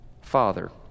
Father